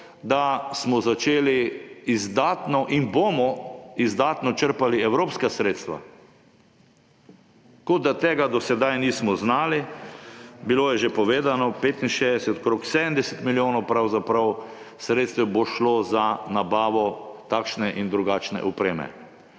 da smo začeli izdatno in bomo izdatno črpali evropska sredstva. Kot da tega do sedaj nismo znali. Bilo je že povedano, 65, okrog 70 milijonov, pravzaprav, sredstev bo šlo za nabavo takšne in drugačne opreme.